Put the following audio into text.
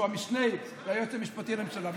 שהוא המשנה ליועץ המשפטי לממשלה,